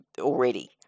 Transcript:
already